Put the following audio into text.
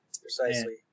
Precisely